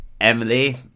Emily